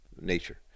nature